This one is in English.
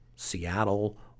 Seattle